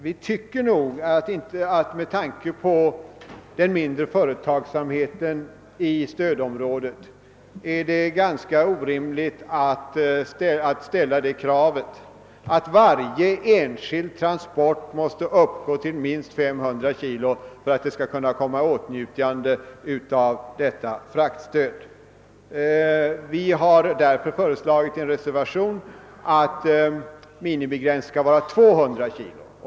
Vi tycker att det med tanke på den mindre företagsamheten i stödområdet är ganska orimligt att ställa det kravet, att varje enskild transport skall uppgå till minst 500 kg för att den skall komma i åtnjutande av fraktstöd. Vi har därför i en reservation föreslagit att minimigränsen skall sättas vid 200 kg.